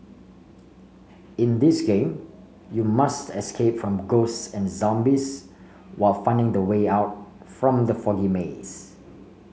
in this game you must escape from ghosts and zombies while finding the way out from the foggy maze